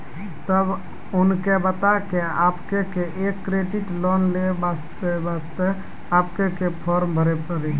तब उनके बता के आपके के एक क्रेडिट लोन ले बसे आपके के फॉर्म भरी पड़ी?